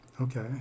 okay